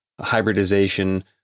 hybridization